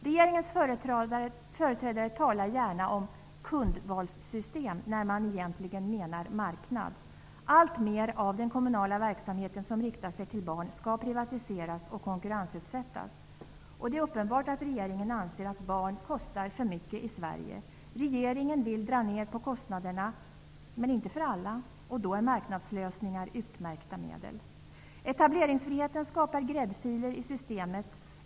Regeringens företrädare talar gärna om kundvalssystem när man egentligen menar marknad. Alltmer av den kommunala verksamhet som riktar sig till barn skall privatiseras och konkurrensutsättas. Det är uppenbart att regeringen anser att barn kostar för mycket i Sverige. Regeringen vill dra ner på kostnaderna men inte för alla, och då är marknadslösningar utmärkta medel. Etableringsfriheten skapar gräddfiler i systemet.